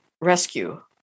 rescue